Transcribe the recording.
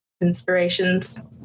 inspirations